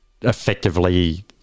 effectively